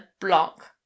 block